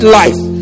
life